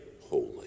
holy